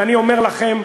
ואני אומר לכם,